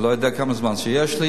אני לא יודע כמה זמן יש לי,